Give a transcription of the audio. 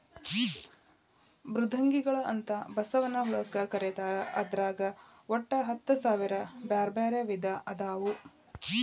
ಮೃದ್ವಂಗಿಗಳು ಅಂತ ಬಸವನ ಹುಳಕ್ಕ ಕರೇತಾರ ಅದ್ರಾಗ ಒಟ್ಟ ಹತ್ತಸಾವಿರ ಬ್ಯಾರ್ಬ್ಯಾರೇ ವಿಧ ಅದಾವು